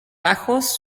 bajos